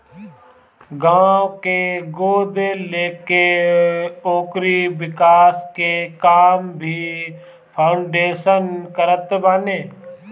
गांव के गोद लेके ओकरी विकास के काम भी फाउंडेशन करत बाने